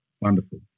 Wonderful